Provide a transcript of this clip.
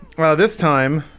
well this time